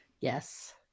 yes